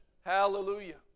Hallelujah